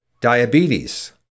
Diabetes